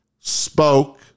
spoke